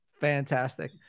fantastic